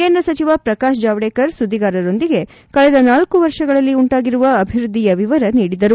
ಕೇಂದ್ರ ಸಚಿವ ಶ್ರಕಾಶ್ ಜಾವಡೇಕರ್ ಸುದ್ದಿಗಾರರೊಂದಿಗೆ ಕಳೆದ ನಾಲ್ಕು ವರ್ಷಗಳಲ್ಲಿ ಉಂಟಾಗಿರುವ ಅಭಿವ್ಬದ್ದಿಯ ವಿವರ ನೀಡಿದರು